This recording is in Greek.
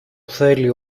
θέλει